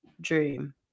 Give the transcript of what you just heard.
dream